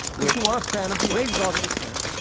wait, you are a fan of the appraisal, i understand.